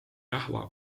rahva